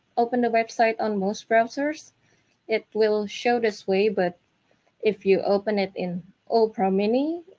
open the website on most browsers it will show this way but if you open it in opera mini,